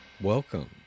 Welcome